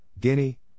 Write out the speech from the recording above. Guinea